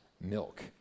milk